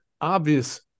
obvious